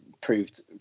proved